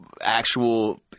actual